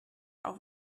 auf